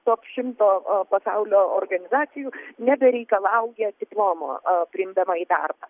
top šimto pasaulio organizacijų nebereikalauja diplomo a priimdama į darbą